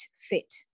fit